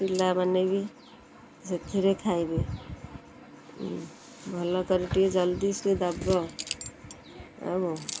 ପିଲାମାନେ ବି ସେଥିରେ ଖାଇବେ ଭଲକରି ଟିକିଏ ଜଲ୍ଦି ସିଏ ଦେବ ଆଉ